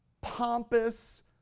pompous